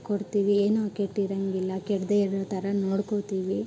ಕೊಡ್ತೀವಿ ಏನು ಕೆಟ್ಟಿರೋಂಗಿಲ್ಲ ಕೆಡದೇ ಇರೋಥರ ನೋಡ್ಕೋತೀವಿ